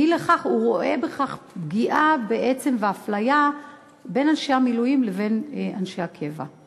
והוא רואה בכך פגיעה ואפליה בין אנשי המילואים לבין אנשי הקבע.